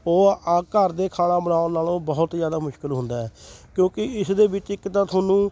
ਉਹ ਆ ਘਰ ਦੇ ਖਾਣਾ ਬਣਾਉਣ ਨਾਲੋਂ ਬਹੁਤ ਜ਼ਿਆਦਾ ਮੁਸ਼ਕਿਲ ਹੁੰਦਾ ਹੈ ਕਿਉਂਕਿ ਇਸ ਦੇ ਵਿੱਚ ਇੱਕ ਤਾਂ ਤੁਹਾਨੂੰ